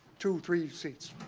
two, three seats,